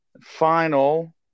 final